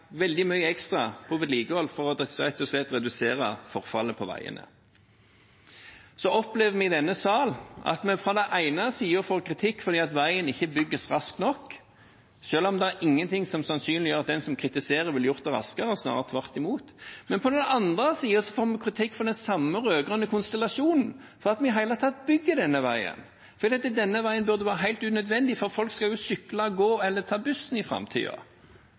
veldig mye ekstra på vedlikehold for rett og slett å redusere forfallet på veiene. Så opplever vi i denne sal at vi på den ene siden får kritikk for at veien ikke bygges raskt nok, selv om ingenting sannsynliggjør at den som kritiserer, ville gjort det raskere, snarere tvert imot. På den andre siden får vi kritikk fra den samme rød-grønne konstellasjonen for at vi i det hele tatt bygger denne veien – denne veien burde vært helt unødvendig, for folk skal jo sykle og gå eller ta bussen i